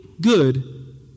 good